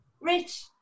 rich